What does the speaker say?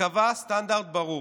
וקבע סטנדרט ברור.